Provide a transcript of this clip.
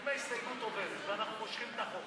ההסתייגות של קבוצת סיעת יש עתיד,